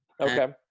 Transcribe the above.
Okay